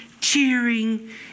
cheering